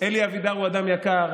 אלי אבידר הוא אדם יקר,